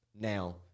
Now